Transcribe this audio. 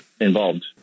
involved